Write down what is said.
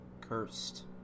cursed